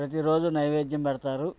ప్రతి రోజు నైవేద్యం పెడతారు